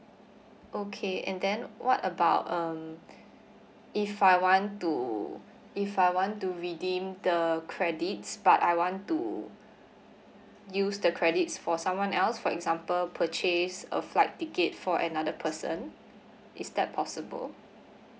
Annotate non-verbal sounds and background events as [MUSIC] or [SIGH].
okay and then what about um [BREATH] if I want to if I want to redeem the credits but I want to use the credits for someone else for example purchase a flight ticket for another person is that possible